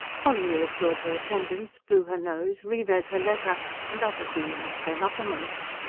polly reassured her attendants, blew her nose, re-read her letter and other feelings came uppermost.